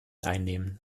einnehmen